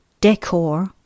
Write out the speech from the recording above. DECOR